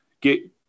get